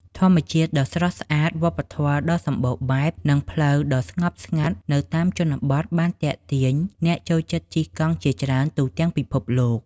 ធម្មជាតិដ៏ស្រស់ស្អាត វប្បធម៌ដ៏សម្បូរបែប និងផ្លូវដ៏ស្ងប់ស្ងាត់នៅតាមជនបទបានទាក់ទាញអ្នកចូលចិត្តជិះកង់ជាច្រើនទូទាំងពិភពលោក។